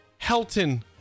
Helton